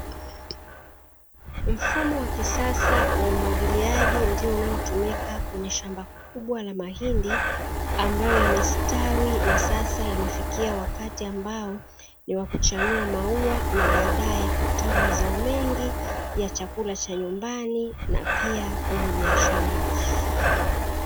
Mfumo wa kisasa wa umwagiliaji ndio unaotumika kwenye shamba kubwa la mahindi, ambayo yamestawi vizuri na sasa yamefikia hatua ya kuchanua maua, hatua inayotangulia utoaji wa mazao mengi kwa matumizi ya chakula cha nyumbani na pia kwa biashara.